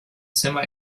semi